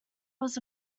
was